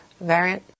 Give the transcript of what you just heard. variant